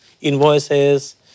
invoices